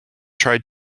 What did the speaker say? tried